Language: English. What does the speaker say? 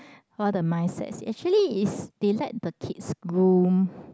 all the mindsets actually is they let the kids groom